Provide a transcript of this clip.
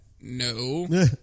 no